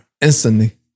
Instantly